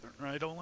right